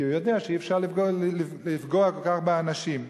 כי הוא יודע שאי-אפשר לפגוע כך באנשים.